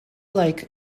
like